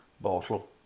bottle